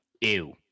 ew